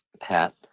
pat